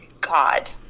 God